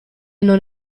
non